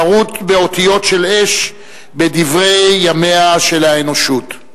חרוט באותיות של אש בדברי ימיה של האנושות.